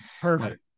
Perfect